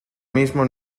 mismo